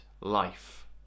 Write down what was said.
life